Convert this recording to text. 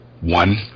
One